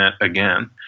again